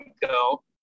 go